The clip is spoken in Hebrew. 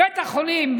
בית החולים,